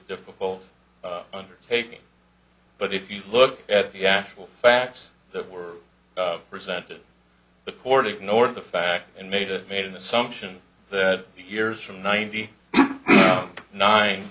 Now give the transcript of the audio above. difficult undertaking but if you look at the actual facts that were presented the court ignored the fact and made it made an assumption that years from ninety nine